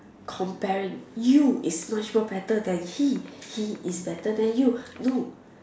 comparing you is much more better than he he is better than you no